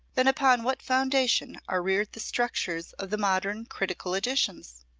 then upon what foundation are reared the structures of the modern critical editions?